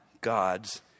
God's